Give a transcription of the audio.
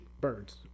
birds